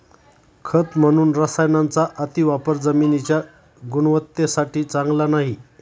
खत म्हणून रसायनांचा अतिवापर जमिनीच्या गुणवत्तेसाठी चांगला नाही